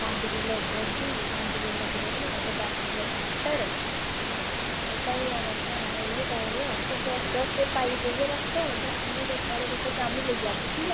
पंज किलो गोभी पंज किलो करेले ते दस्स किलो टमाटर ते धनियां मर्चां बी पाई ओड़ो ते तुस पाइयै रक्खो ते में थुआढ़े कशा शामीं लेई जाह्गी